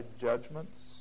judgments